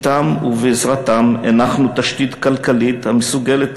אתם ובעזרתם הנחנו תשתית כלכלית המסוגלת